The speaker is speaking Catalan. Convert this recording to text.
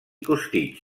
costitx